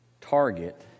target